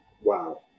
wow